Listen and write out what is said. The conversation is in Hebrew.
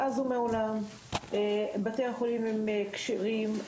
מאז ומעולם בתי החולים הם כשרים,